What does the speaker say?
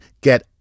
get